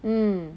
mm